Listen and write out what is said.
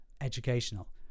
educational